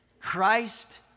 Christ